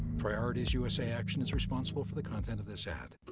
priorities usa action is responsible for the content of this ad.